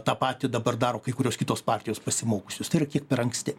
tą patį dabar daro kai kurios kitos partijos pasimokiusios tai yra kiek per anksti